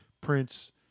Prince